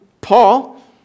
Paul